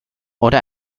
oder